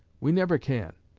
we never can,